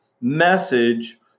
message